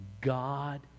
God